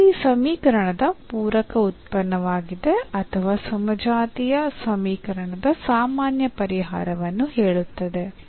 ಅದು ಈ ಸಮೀಕರಣದ ಪೂರಕ ಉತ್ಪನ್ನವಾಗಿದೆ ಅಥವಾ ಸಮಜಾತೀಯ ಸಮೀಕರಣದ ಸಾಮಾನ್ಯ ಪರಿಹಾರವನ್ನು ಹೇಳುತ್ತದೆ